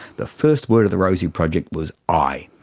the first word of the rosie project was i,